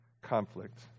conflict